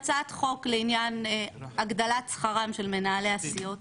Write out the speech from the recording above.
הצעת חוק לעניין הגדלת שכרם של מנהלי הסיעות,